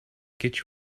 get